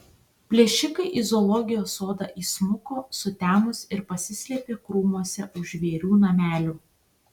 plėšikai į zoologijos sodą įsmuko sutemus ir pasislėpė krūmuose už žvėrių namelių